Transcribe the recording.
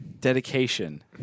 dedication